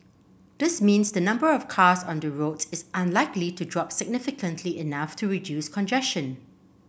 this means the number of cars on the roads is unlikely to drop significantly enough to reduce congestion